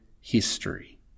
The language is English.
history